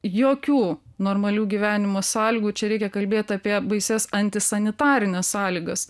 jokių normalių gyvenimo sąlygų čia reikia kalbėt apie baisias antisanitarines sąlygas